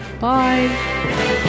Bye